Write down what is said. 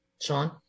Sean